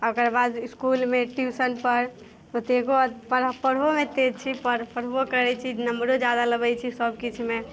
आओर ओकरा बाद इसकुलमे ट्यूशनपर पढ़ऽ पढ़ोमे तेज छी पढ़ऽ पढ़बो करै छी नम्बरो जादा लबै छी सभकिछुमे